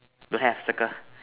don't have circle